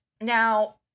Now